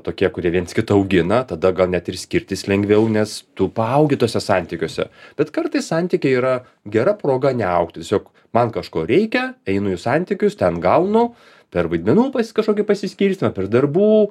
tokie kurie viens kitą augina tada gal net ir skirtis lengviau nes tu paaugi tuose santykiuose bet kartais santykiai yra gera proga neaugti tiesiog man kažko reikia einu į santykius ten gaunu per vaidmenų pas kažkokį pasiskirstymą per darbų